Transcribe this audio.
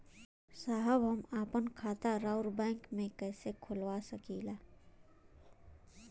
साहब हम आपन खाता राउर बैंक में कैसे खोलवा सकीला?